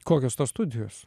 kokios tos studijos